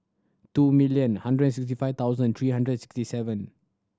two million hundred sixty five thousand three hundred sixty seven